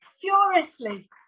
furiously